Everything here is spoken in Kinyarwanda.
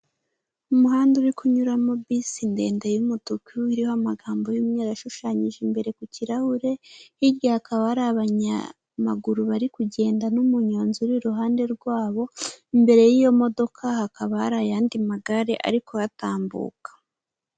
Umuhanda uri kunyuramo bisi ndende y'umutuku, iriho amagambo y'umweru ashushanyije imbere ku kirahure, hirya hakaba ari abanyamaguru bari kugenda n'umuyonzi uri iruhande rwabo, imbere y'iyo modoka hakaba hari ayandi magare ari kuhatambuka.